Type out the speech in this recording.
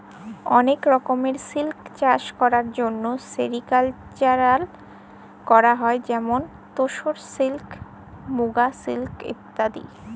অনেক রকমের সিল্ক চাষ করার জন্য সেরিকালকালচার করা হয় যেমন তোসর সিল্ক, মুগা সিল্ক ইত্যাদি